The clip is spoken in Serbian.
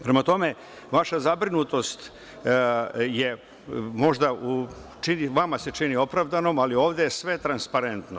Prema tome, vaša zabrinutost se možda vama čini opravdanom, ali ovde je sve transparentno.